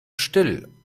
still